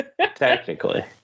Technically